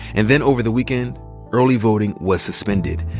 and then over the weekend early voting was suspended.